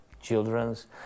children's